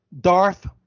Darth